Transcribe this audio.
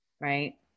right